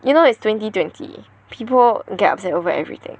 you know it's twenty twenty people get upset over everything